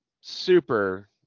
super